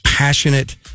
Passionate